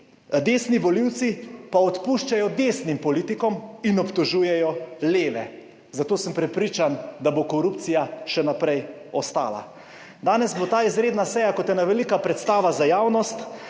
desni volivci pa odpuščajo desnim politikom in obtožujejo leve. Zato sem prepričan, da bo korupcija še naprej ostala. Danes bo ta izredna seja kot ena velika predstava za javnost,